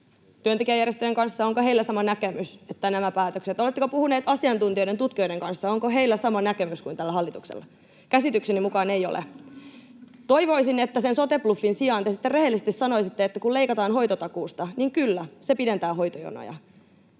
työntekijäjärjestöjen kanssa, onko heillä sama näkemys näistä päätöksistä? Oletteko puhuneet asiantuntijoiden, tutkijoiden kanssa, onko heillä sama näkemys kuin tällä hallituksella? Käsitykseni mukaan ei ole. Toivoisin, että sote-bluffin sijaan te sitten rehellisesti sanoisitte, että kun leikataan hoitotakuusta, niin kyllä, se pidentää hoitojonoja.